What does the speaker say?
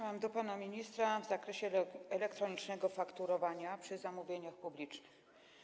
Mam do pana ministra pytania w zakresie elektronicznego fakturowania przy zamówieniach publicznych.